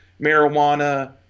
marijuana